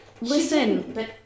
listen